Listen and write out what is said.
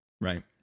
Right